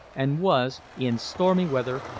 and was, in stormy weather,